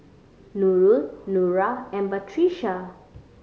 Nurul Nura and Batrisya